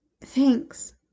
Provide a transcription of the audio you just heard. Thanks